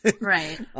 right